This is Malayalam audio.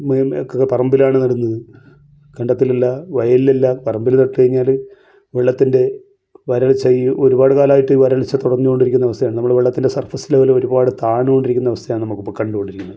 ഒക്കെ പറമ്പിലാണ് നടുന്നത് കണ്ടത്തിലല്ല വയലിലല്ല പറമ്പിൽ നട്ട് കഴിഞ്ഞാൽ വെള്ളത്തിൻ്റെ വരൾച്ചയെ ഒരുപാട് കാലമായിട്ട് വരൾച്ച തുടർന്ന് കൊണ്ടിരിക്കുന്ന അവസ്ഥയാണ് നമ്മൾ വെള്ളത്തിൻ്റെ സർഫസ് ലെവല് ഒരുപാട് താണു കൊണ്ടിരിക്കുന്ന അവസ്ഥയാണ് നമ്മളിപ്പോൾ കണ്ടു കൊണ്ടിരിക്കുന്നത്